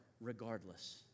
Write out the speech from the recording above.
regardless